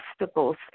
obstacles